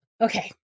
Okay